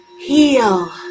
heal